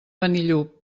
benillup